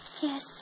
Yes